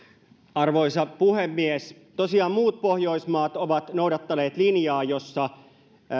arvoisa puhemies tosiaan muut pohjoismaat ovat noudattaneet linjaa jossa